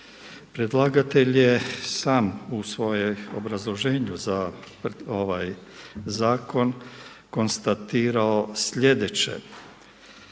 Predlagatelj je sam u svojem obrazloženju za ovaj zakon konstatirao sljedeće.